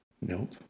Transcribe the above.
Nope